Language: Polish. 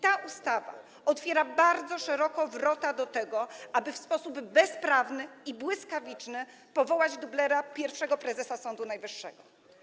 Ta ustawa otwiera bardzo szeroko wrota do tego, aby w sposób bezprawny i błyskawiczny powołać dublera pierwszego prezesa Sądu Najwyższego.